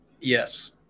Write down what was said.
Yes